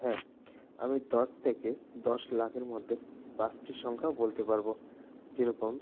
হ্যাঁ আমি দশ থেকে দশ লাখের মধ্যে পাঁচটি সংখ্যা বলতে পারবো যেরকম